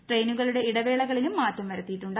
ട്രെയിനുകളുടെ ഇടവേളകളിലും മാറ്റം വരുത്തിയിട്ടുണ്ട്